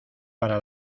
para